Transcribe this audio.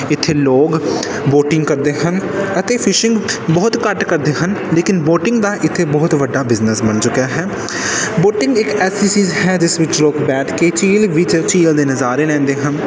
ਇੱਥੇ ਲੋਕ ਬੋਟਿੰਗ ਕਰਦੇ ਹਨ ਅਤੇ ਫਿਸ਼ਿੰਗ ਬਹੁਤ ਘੱਟ ਕਰਦੇ ਹਨ ਲੇਕਿਨ ਬੋਟਿੰਗ ਦਾ ਇੱਥੇ ਬਹੁਤ ਵੱਡਾ ਬਿਜ਼ਨਸ ਬਣ ਚੁੱਕਿਆ ਹੈ ਬੋਟਿੰਗ ਇੱਕ ਐਸੀ ਚੀਜ਼ ਹੈ ਜਿਸ ਵਿੱਚ ਲੋਕ ਬੈਠ ਕੇ ਝੀਲ ਵਿੱਚ ਝੀਲ ਦੇ ਨਜ਼ਾਰੇ ਲੈਂਦੇ ਹਨ